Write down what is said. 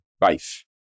life